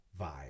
vibe